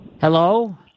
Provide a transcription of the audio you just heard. Hello